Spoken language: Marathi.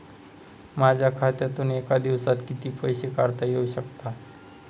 माझ्या खात्यातून एका दिवसात किती पैसे काढता येऊ शकतात?